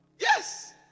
Yes